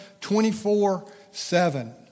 24-7